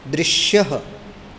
दृश्यः